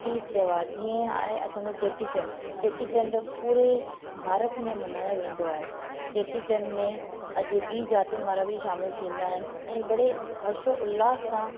तीज त्योहार जीअं आहे असांजो चेटीचंड चेटीचंड पूरे भारत में मल्हायो वेंदो आहे चेटीचंड में अॼु बि जातुनि वारा बि शामिलु थींदा आहिनि ऐं बड़े हर्षोउल्हास सां